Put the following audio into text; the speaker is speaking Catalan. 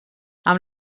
amb